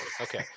Okay